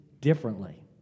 differently